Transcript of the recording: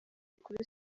kuri